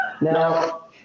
Now